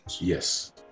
Yes